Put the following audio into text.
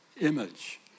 image